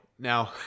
Now